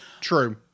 true